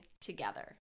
together